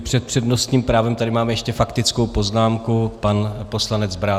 Před přednostním právem tady mám ještě faktickou poznámku pan poslanec Brázdil.